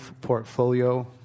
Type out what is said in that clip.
portfolio